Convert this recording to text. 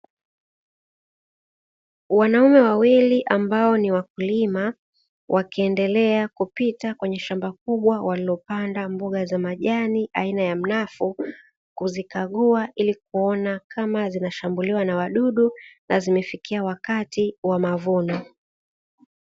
Wanaume wawili ambao ni wakulima, wakiendelea kupita kwenye shamba kubwa waliopanda mboga za majani aina ya mnafu, kuzikagua ili kuona kama zinashambuliwa na wadudu na zimefikia wakati wa mavuno.